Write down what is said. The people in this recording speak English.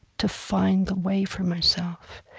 to find the way for myself.